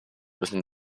within